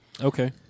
Okay